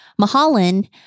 Mahalan